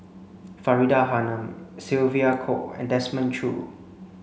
Faridah Hanum Sylvia Kho and Desmond Choo